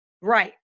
right